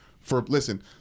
for—listen—